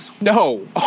No